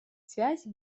связи